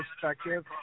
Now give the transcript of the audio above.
perspective